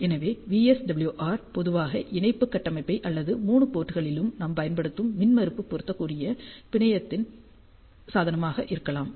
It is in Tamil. எனவே VSWR பொதுவாக இணைப்பு கட்டமைப்பை அல்லது 3 போர்ட்களிலும் நாம் பயன்படுத்தும் மின்மறுப்பு பொருந்தக்கூடிய பிணையத்ஹ்டின் சாதகமாக இருக்கலாம்